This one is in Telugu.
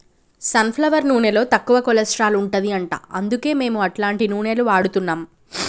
సన్ ఫ్లవర్ నూనెలో తక్కువ కొలస్ట్రాల్ ఉంటది అంట అందుకే మేము అట్లాంటి నూనెలు వాడుతున్నాం